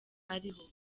ariho